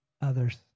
others